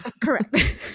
correct